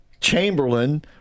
Chamberlain